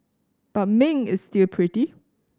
but Ming is still pretty